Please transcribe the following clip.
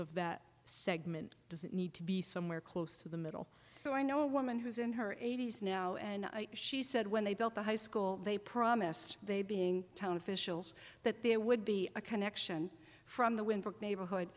of that segment does it need to be somewhere close to the middle so i know a woman who's in her eighty's now and she said when they built the high school they promised they being town officials that there would be a connection from the wynberg neighborhood